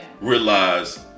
realize